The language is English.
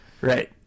Right